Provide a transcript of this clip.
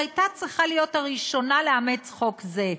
שהייתה צריכה להיות הראשונה לאמץ חוק זה,